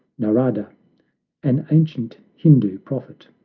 narada an ancient hindoo prophet.